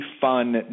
fun